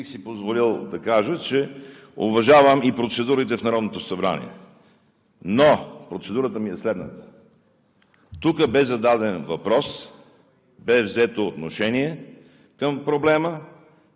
си позволил да кажа, че уважавам и процедурите в Народното събрание. Но процедурата ми е следната: тук бе зададен въпрос, бе взето отношение към проблема.